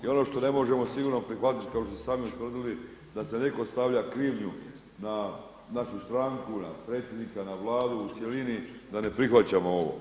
I ono što ne možemo sigurno prihvatiti kao što ste i sami utvrdili da neko stavlja krivnju na našu stranku, na predsjednika, na Vladu u cjelini da ne prihvaćamo ovo.